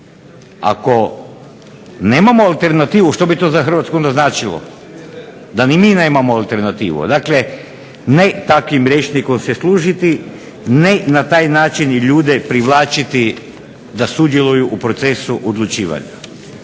ako nemamo alternativu što bi to za Hrvatsku značilo, da ni mi nemamo alternativu. Ne takvim rječnikom se služiti, ne na taj način ljude privlačiti da sudjeluju u procesu odlučivanja.